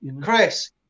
Chris